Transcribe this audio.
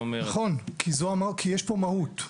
נכון, כי יש פה מהות.